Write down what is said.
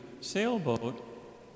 sailboat